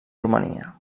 romania